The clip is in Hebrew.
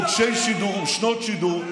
חודשי שידור ושנות שידור.